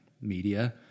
media